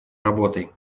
работой